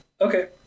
Okay